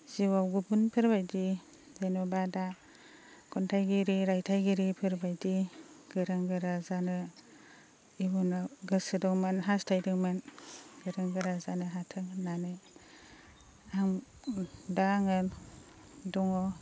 जिउआव गुबुनफोर बायदि जेनेबा दा खन्थाइगिरि रायथायगिरिफोरबायदि गोरों गोरा जानो इयुनाव गोसो दंमोन हास्थायदोंमोन गोरों गोरा जानो हाथों होननानै दा आङो दङ